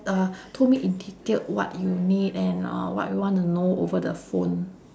uh told me in detailed what you need and uh what you want to know over the phone